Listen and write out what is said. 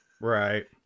Right